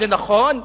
זה נכון,